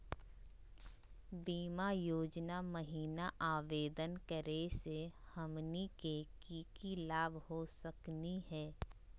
बीमा योजना महिना आवेदन करै स हमनी के की की लाभ हो सकनी हे?